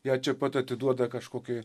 ją čia pat atiduoda kažkokiai